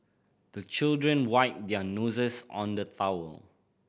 the children wipe their noses on the towel